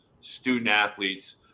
student-athletes